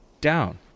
down